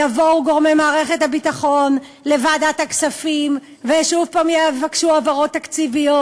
יבואו גורמי מערכת הביטחון לוועדת הכספים ושוב יבקשו העברות תקציביות.